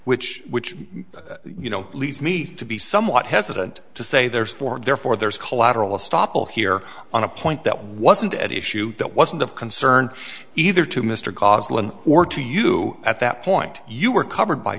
which which you know leads me to be somewhat hesitant to say there's four therefore there's collateral estoppel here on a point that wasn't at issue that wasn't of concern either to mr khosla or to you at that point you were covered by